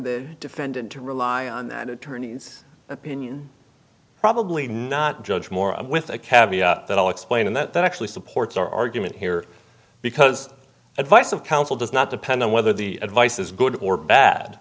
the defendant to rely on that attorney's opinion probably not judge moore with a cabbie that i'll explain and that actually supports our argument here because advice of counsel does not depend on whether the advice is good or bad